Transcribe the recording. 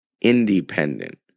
independent